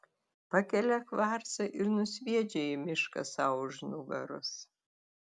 pakelia kvarcą ir nusviedžia į mišką sau už nugaros